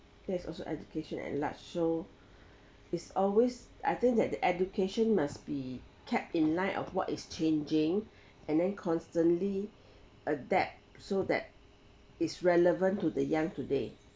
there's also education at large so it's always I think that the education must be kept in light of what is changing and then constantly adapt so that it's relevant to the young today